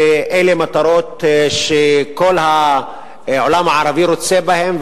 אלה מטרות שכל העולם הערבי רוצה בהן.